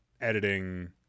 editing